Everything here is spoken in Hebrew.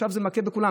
עכשיו זה מכה בכולם.